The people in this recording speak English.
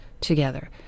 together